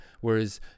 Whereas